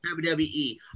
WWE